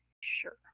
sure